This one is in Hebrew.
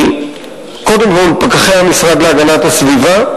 קודם כול, פקחי המשרד להגנת הסביבה,